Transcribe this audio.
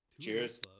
Cheers